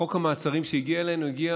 חוק המעצרים שהגיע אלינו הגיע